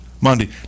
Monday